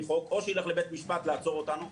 חוק או שילך לבית המשפט לעצור אותנו,